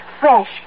Fresh